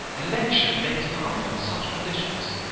election makes not up on such conditions.